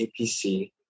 apc